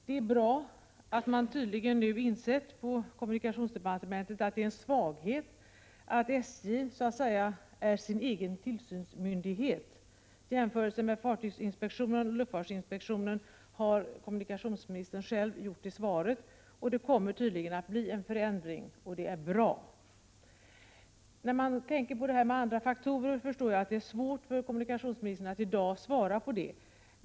Det är bra att man på kommunikationsdepartementet nu tydligen har insett att det är en svaghet att SJ så att säga är sin egen tillsynsmyndighet. I svaret gör kommunikationsministern själv en jämförelse med fartygsinspektionen och luftfartsinspektionen. Det kommer tydligen att bli en förändring, och det är bra. Jag förstår att det är svårt för kommunikationsministern att i dag ge ett svar när det gäller detta med andra faktorer.